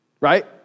right